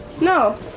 No